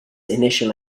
initial